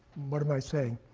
what am i saying?